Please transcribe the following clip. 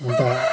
अन्त